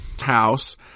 house